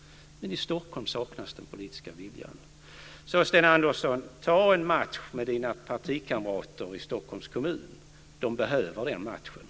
Men i Stockholm saknas den politiska viljan. Ta en match med partikamraterna i Stockholms kommun, Sten Andersson. De behöver den matchen.